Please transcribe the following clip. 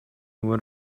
wood